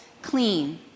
clean